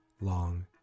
long